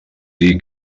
dir